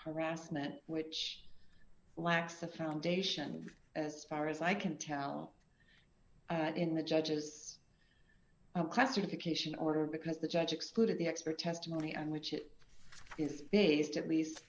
harassment which lacks a foundation as far as i can tell in the judge's classification order because the judge excluded the expert testimony on which it is based at least